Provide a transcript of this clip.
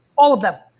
all of them.